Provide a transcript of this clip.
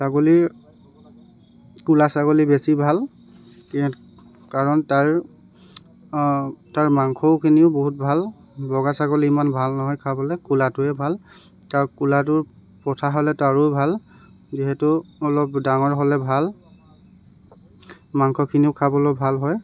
ছাগলীৰ ক'লা ছাগলী বেছি ভাল কাৰণ তাৰ তাৰ মাংসখিনিও বহুত ভাল বগা ছাগলী ইমান ভাল নহয় খাবলে ক'লাটোৱেই ভাল তা ক'লাটো পঠা হ'লেতো আৰু ভাল যিহেতু অলপ ডাঙৰ হ'লে ভাল মাংসখিনিও খাবলৈ ভাল হয়